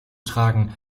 tragen